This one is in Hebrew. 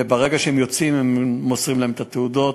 וברגע שהם יוצאים מוסרים להם את התעודות,